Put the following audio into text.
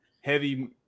heavy